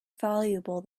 valuable